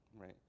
right